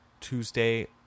Tuesday